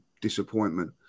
disappointment